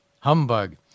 humbug